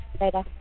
Later